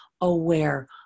aware